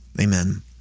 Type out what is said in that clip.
Amen